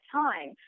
time